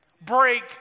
Break